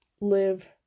live